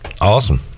Awesome